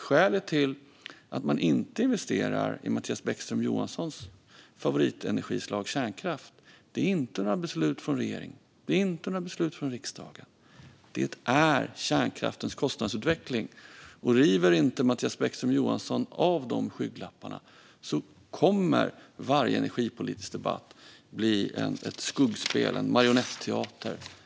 Skälet till att man inte investerar i Mattias Bäckström Johanssons favoritenergislag, kärnkraft, är inte några beslut från regeringen, och det är inte några beslut från riksdagen. Skälet är kärnkraftens kostnadsutveckling. Om Mattias Bäckström Johansson inte river av sig de skygglapparna kommer varje energipolitisk debatt att bli ett skuggspel, en marionetteater, framöver.